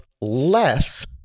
less